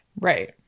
Right